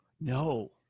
No